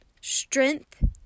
strength